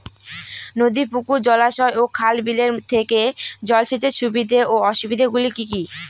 নদী পুকুর জলাশয় ও খাল বিলের থেকে জল সেচের সুবিধা ও অসুবিধা গুলি কি কি?